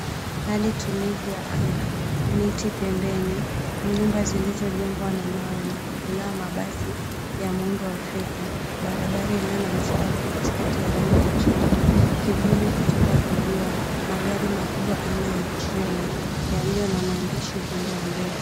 Hali tulivu ya anga, miti pembeni, nyumba zilizojengwa na mawe na kuwekelewa mabati ya muundo wa fedha. Barabara iliyo na mstari katikati wa rangi ya chungwa, kivuli kutoka kwa jua, magari makubwa aina ya trela yaliyo na maandishi upande wa mbele.